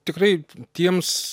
tikrai tiems